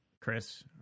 Chris